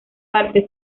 parte